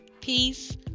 peace